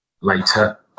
later